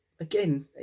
again